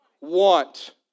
Want